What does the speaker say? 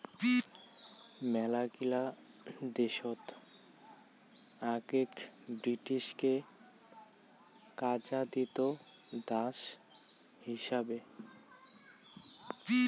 মেলাগিলা দেশত আগেক ব্রিটিশকে কাজা দিত দাস হিচাবে